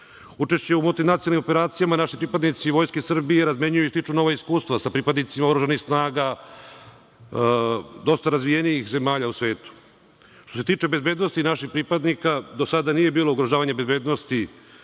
veći. Učešćem u multinacionalnim operacijama naši pripadnici Vojske Srbije razmenjuju i stiču nova iskustva sa pripadnicima oružanih snaga dosta razvijenijih zemalja u svetu. Što se tiče bezbednosti naših pripadnika, do sada nije bilo ugrožavanje bezbednosti